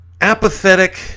apathetic